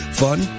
fun